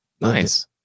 nice